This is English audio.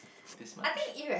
this much